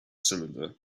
cylinder